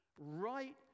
right